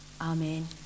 Amen